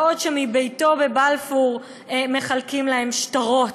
בעוד שמביתו בבלפור מחלקים להם שטרות,